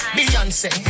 Beyonce